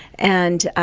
and,